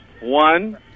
One